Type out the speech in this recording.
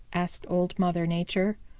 asked old mother nature.